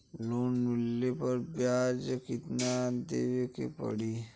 Loan मिलले पर ब्याज कितनादेवे के पड़ी?